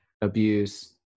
abuse